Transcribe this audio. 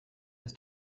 ist